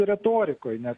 retorikoj nes